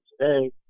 today